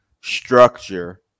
structure